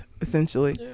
essentially